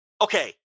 okay